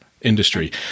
industry